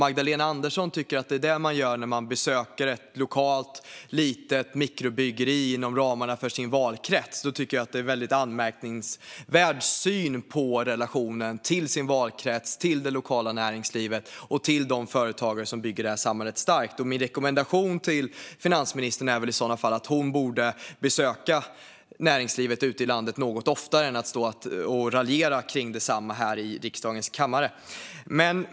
Om Magdalena Andersson tycker att det är det man gör när man besöker ett lokalt litet mikrobryggeri inom ramarna för sin valkrets tycker jag att det är en väldigt anmärkningsvärd syn på relationen till den egna valkretsen, till det lokala näringslivet och till de företagare som bygger det här samhället starkt. Min rekommendation till finansministern är väl i så fall att hon borde besöka näringslivet ute i landet något oftare än hon står och raljerar kring detsamma här i riksdagens kammare.